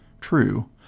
True